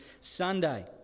Sunday